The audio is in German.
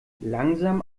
langsam